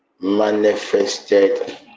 manifested